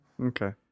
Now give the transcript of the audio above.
Okay